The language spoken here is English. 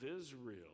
Israel